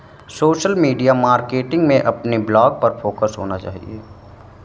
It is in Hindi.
सोशल मीडिया मार्केटिंग में अपने ब्लॉग पर फोकस होना चाहिए